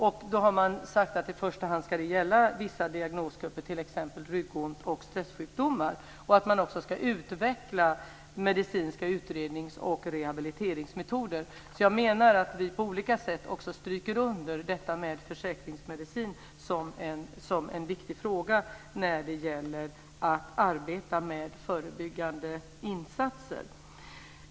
Man har sagt att i första hand ska det gälla vissa diagnosgrupper, t.ex. ryggont och stressjukdomar. Man ska också utveckla medicinska utrednings och rehabiliteringsmetoder. Jag menar att vi på olika sätt stryker under detta med försäkringsmedicin som en viktig fråga när det gäller att arbeta med förebyggande insatser.